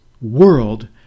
world